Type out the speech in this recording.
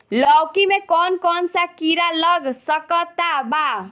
लौकी मे कौन कौन सा कीड़ा लग सकता बा?